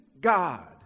God